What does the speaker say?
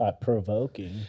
provoking